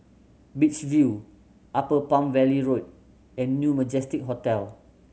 Beach View Upper Palm Valley Road and New Majestic Hotel